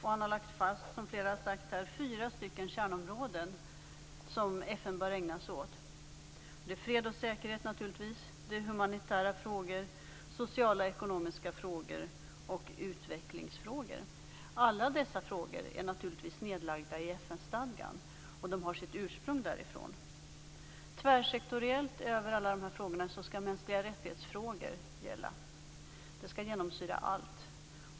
Han har lagt fast, såsom flera har sagt här, fyra kärnområden som FN bör ägna sig åt. Det är naturligtvis fred och säkerhet, det är humanitära frågor, det är sociala och ekonomiska frågor och det är utvecklingsfrågor. Alla dessa frågor är naturligtvis nedlagda i FN-stadgan och har sitt ursprung där. Tvärsektoriellt, över alla de här frågorna, skall frågan om mänskliga rättigheter gälla. Den skall genomsyra allt.